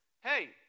Hey